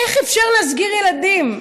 איך אפשר להסגיר ילדים?